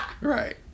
Right